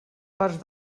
parts